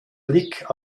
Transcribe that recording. blick